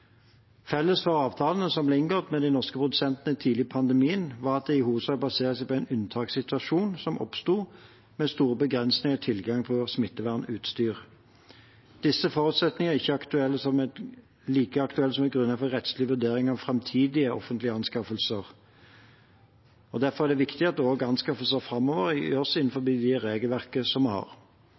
Felles for avtalene som ble inngått med de norske produsentene tidlig i pandemien, var at det i hovedsak baserer seg på en unntakssituasjon som oppsto, med store begrensninger i tilgangen på smittevernutstyr. Disse forutsetningene er ikke like aktuelle som et grunnlag for en rettslig vurdering av framtidige offentlige anskaffelser. Derfor er det viktig at også anskaffelser framover gjøres innenfor det regelverket som vi har.